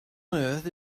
earth